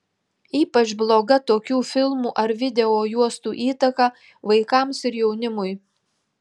ypač bloga tokių filmų ar videojuostų įtaka vaikams ir jaunimui